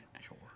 Sure